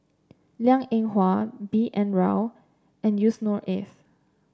Liang Eng Hwa B N Rao and Yusnor Ef